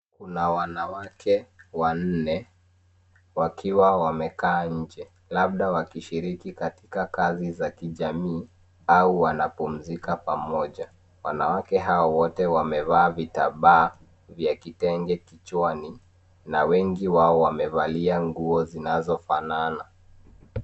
Kuna wanawake wanne wakiwa wamekaa nje labda wakishiriki katika kazi za kijamii au wanapumzika pamoja. Wanawake hawa wote wamevaa vitambaa vya kitenge kichwani na wengi wao wamevalia nguo zinazofanana.